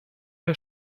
der